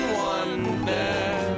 wonder